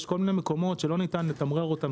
יש כל מיני מקומות שלא ניתן לתמרר אותם